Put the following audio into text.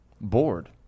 bored